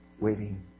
waiting